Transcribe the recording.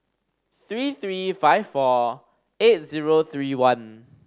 three three five four eight zero three one